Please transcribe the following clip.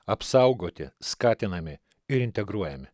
apsaugoti skatinami ir integruojami